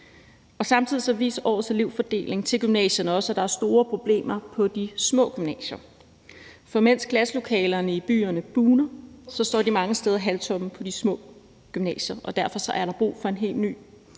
Samtidig viser årets elevfordeling til gymnasierne også, at der er store problemer på de små gymnasier, for mens klasselokalerne i byerne bugner, står de mange steder halvtomme på de små gymnasier, og derfor er der brug for en helt ny